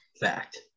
Fact